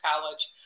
college